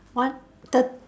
one thirt~